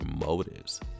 motives